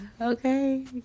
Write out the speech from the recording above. okay